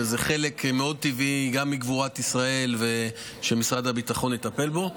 וזה חלק מאוד טבעי גם מגבורת ישראל שמשרד הביטחון יטפל בו.